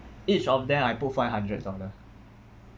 each of them I put five hundred dollar